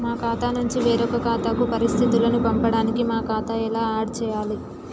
మా ఖాతా నుంచి వేరొక ఖాతాకు పరిస్థితులను పంపడానికి మా ఖాతా ఎలా ఆడ్ చేయాలి?